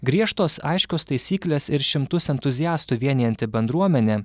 griežtos aiškios taisyklės ir šimtus entuziastų vienijanti bendruomenė